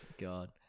God